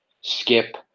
skip